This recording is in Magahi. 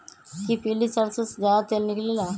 कि पीली सरसों से ज्यादा तेल निकले ला?